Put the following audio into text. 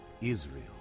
Israel